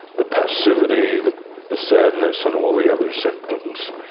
the passivity, the the sadness and all the other symptoms.